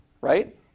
right